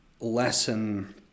lesson